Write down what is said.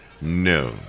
no